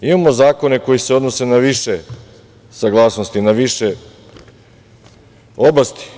Imamo zakone koji se odnose na više saglasnosti, na više oblasti.